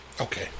Okay